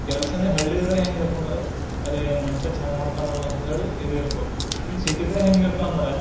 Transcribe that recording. ಕೆಲಸನೆ ಹಳ್ಳೀದು ಹೆಂಗೆ ಇರ್ತವಂದ್ರೆ ಅರೇ ಮಂಚ ಚಂದ ಮಾಡ್ತನಲ್ಲ ಅಂತ ಹೇಳಿ ಇದು ಇರ್ತದೆ ಇಲ್ಲಿ ಸಿಟಿದಾಗ ಹೆಂಗೆ ಇರ್ತವಂದ್ರೆ